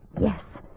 Yes